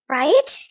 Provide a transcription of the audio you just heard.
right